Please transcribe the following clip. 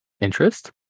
interest